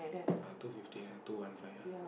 err two fifty ah two one five ah